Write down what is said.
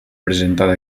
presentada